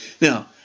Now